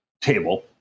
table